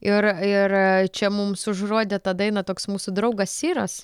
ir ir čia mums užrodė tą dainą toks mūsų draugas siras